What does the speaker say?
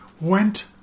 went